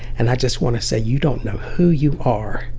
and i just want to say, you don't know who you are.